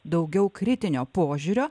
daugiau kritinio požiūrio